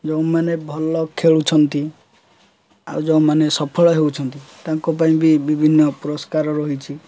ଯେଉଁମାନେ ଭଲ ଖେଳୁଛନ୍ତି ଆଉ ଯେଉଁମାନେ ସଫଳ ହେଉଛନ୍ତି ତାଙ୍କ ପାଇଁ ବି ବିଭିନ୍ନ ପୁରସ୍କାର ରହିଛି